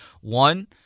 One